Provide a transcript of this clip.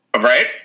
Right